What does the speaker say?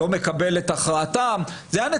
ממפלגה שלא עוברת את אחוז החסימה הם רוצים